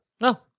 No